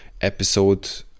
episode